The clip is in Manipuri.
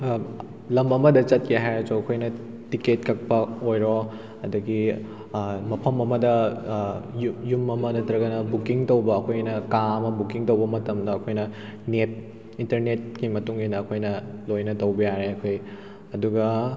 ꯂꯝ ꯑꯃꯗ ꯆꯠꯀꯦ ꯍꯥꯏꯔꯁꯨ ꯑꯩꯈꯣꯏꯅ ꯇꯤꯀꯦꯠ ꯀꯛꯄ ꯑꯣꯏꯔꯣ ꯑꯗꯒꯤ ꯃꯐꯝ ꯑꯃꯗ ꯌꯨꯝ ꯑꯃ ꯅꯠꯇ꯭ꯔꯒꯅ ꯕꯨꯛꯀꯤꯡ ꯇꯧꯕ ꯑꯩꯈꯣꯏꯅ ꯀꯥ ꯑꯃ ꯕꯨꯛꯀꯤꯡ ꯇꯧꯕ ꯃꯇꯝꯗ ꯑꯩꯈꯣꯏꯅ ꯅꯦꯠ ꯏꯟꯇꯔꯅꯦꯠꯀꯤ ꯃꯇꯨꯡ ꯏꯟꯅ ꯑꯩꯈꯣꯏꯅ ꯂꯣꯏꯅ ꯇꯧꯕ ꯌꯥꯔꯦ ꯑꯩꯈꯣꯏ ꯑꯗꯨꯒ